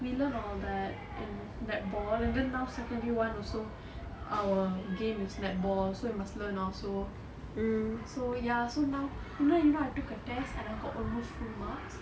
we learn all that in netball and then now secondary one also our game is netball so you must learn also so ya so now know you now I took a test and I got almost full marks